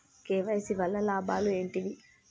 KYC వల్ల లాభాలు ఏంటివి?